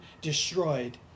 destroyed